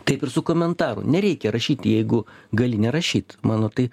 taip ir su komentaru nereikia rašyti jeigu gali nerašyt mano tai